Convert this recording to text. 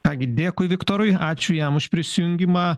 ką gi dėkui viktorui ačiū jam už prisijungimą